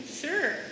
Sure